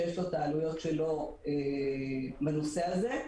שיש לו את העלויות שלו בנושא הזה.